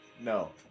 No